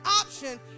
option